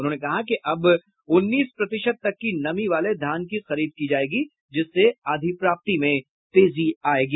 उन्होंने कहा कि अब उन्नीस प्रतिशत तक की नमी वाले धान की खरीद की जायेगी जिससे अधिप्राप्ति में तेजी आयेगी